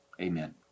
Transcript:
amen